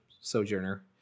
Sojourner